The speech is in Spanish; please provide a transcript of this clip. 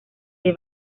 del